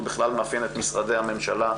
הוא מאפיין בכלל את משרדי הממשלה,